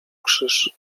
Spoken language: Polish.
krzyż